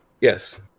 Yes